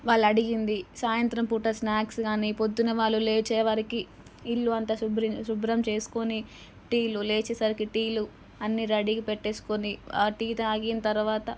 వాళ్ళు అడిగింది సాయంత్రం పూట స్న్యాక్స్ గానీ పొద్దున వాళ్ళు లేచే వరికీ ఇల్లు అంతా శుభ్రం శుభ్రం చేసుకుని టీలు లేచేసరికి టీలు అన్నీ రెడీగా పెట్టేసుకుని టీ తాగిన తర్వాత